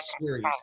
Series